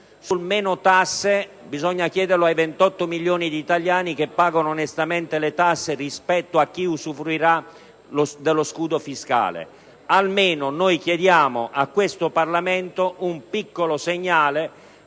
Sul meno tasse bisogna chiedere ai 28 milioni di italiani che pagano onestamente le tasse rispetto a chi usufruirà dello scudo fiscale. Almeno, noi chiediamo a questo Parlamento un piccolo segnale